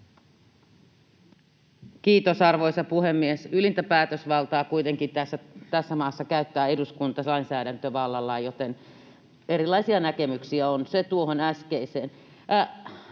Kiitos, arvoisa puhemies! Ylintä päätösvaltaa kuitenkin tässä maassa käyttää eduskunta lainsäädäntövallallaan, joten erilaisia näkemyksiä on.